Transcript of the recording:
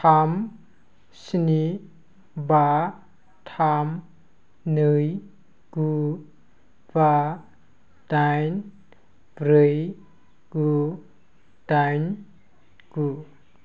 थाम स्नि बा थाम नै गु बा दाइन ब्रै गु दाइन गु